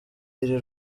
iri